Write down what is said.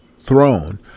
throne